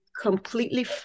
completely